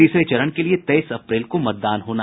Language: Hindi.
तीसरे चरण के लिए तेईस अप्रैल को मतदान होगा